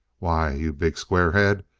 why, you big squarehead,